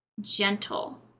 gentle